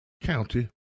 County